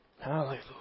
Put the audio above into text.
Hallelujah